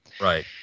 Right